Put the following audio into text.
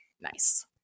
nice